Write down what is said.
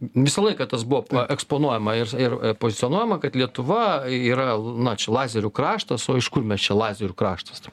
visą laiką tas buvo eksponuojama ir ir pozicionuojama kad lietuva yra na čia lazerių kraštas o iš kur mes čia lazerių kraštas